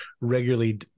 regularly